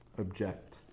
object